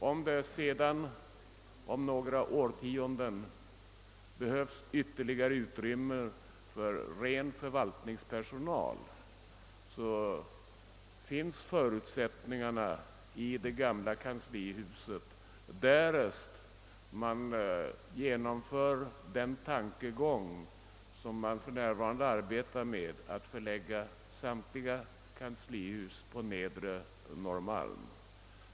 Om det därutöver "om några årtionden behövs ännu mer utrymme för ren förvaltningspersonal, kan man utnyttja de förutsättningar som finns i det gamla Kanslihuset, därest man förverkligar den tanke som man för närvarande arbetar med, nämligen 'att förlägga samtliga kanslihusbyggnader till nedre Norrmalm.